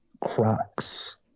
Crocs